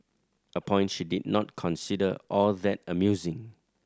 a point she did not consider all that amusing